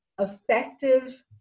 effective